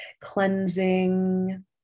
cleansing